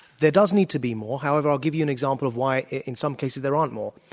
there does need to be more. however, i'll give you an example of why, in some cases, there aren't more.